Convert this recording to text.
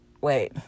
wait